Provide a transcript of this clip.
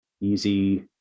easy